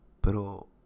pero